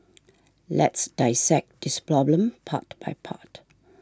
let's dissect this problem part by part